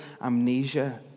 amnesia